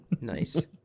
Nice